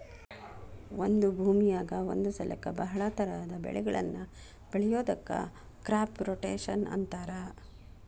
ಒಂದ ಭೂಮಿಯಾಗ ಒಂದ ಸಲಕ್ಕ ಬಹಳ ತರಹದ ಬೆಳಿಗಳನ್ನ ಬೆಳಿಯೋದಕ್ಕ ಕ್ರಾಪ್ ರೊಟೇಷನ್ ಅಂತಾರ